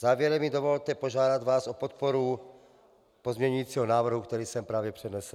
Závěrem mi dovolte požádat vás o podporu pozměňujícího návrhu, který jsem právě přednesl.